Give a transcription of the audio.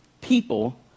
people